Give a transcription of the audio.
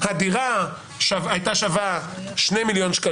הדירה הייתה שווה שני מיליון ש"ח,